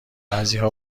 بعضیها